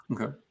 Okay